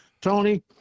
Tony